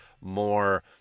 more